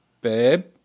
Babe